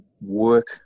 work